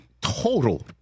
total